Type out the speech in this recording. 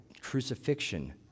crucifixion